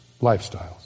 lifestyles